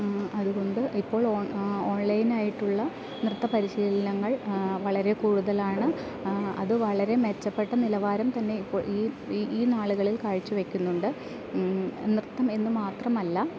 അതുകൊണ്ട് ഇപ്പോൾ ഓൺ ഓൺലൈനായിട്ടുള്ള നൃത്ത പരിശീലനങ്ങൾ വളരെ കൂടുതലാണ് അത് വളരെ മെച്ചപ്പെട്ട നിലവാരം തന്നെ ഇപ്പോൾ ഈ ഈ നാളുകളിൽ കാഴ്ച വെക്കുന്നുണ്ട് നൃത്തം എന്ന് മാത്രമല്ല